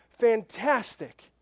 fantastic